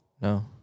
No